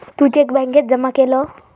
तू cheque बॅन्केत जमा केलं?